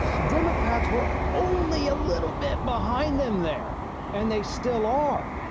democrats were ah only a little bit behind them there and they still are.